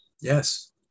Yes